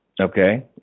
Okay